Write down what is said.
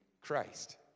Christ